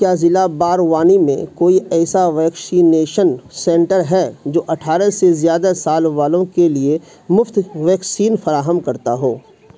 کیا ضلع باروانی میں کوئی ایسا ویکشینیشن سنٹر ہے جو اٹھارہ سے زیادہ سال والوں کے لیے مفت ویکسین فراہم کرتا ہو